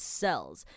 cells